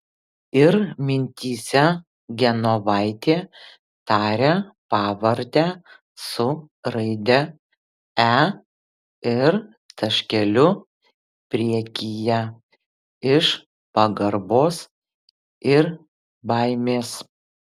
ir mintyse genovaitė taria pavardę su raide e ir taškeliu priekyje iš pagarbos ir baimės